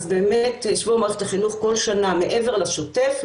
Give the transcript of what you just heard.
אז באמת שבוע מערכת החינוך כל נושא מעבר לשוטף,